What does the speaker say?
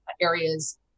areas